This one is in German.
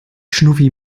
schnuffi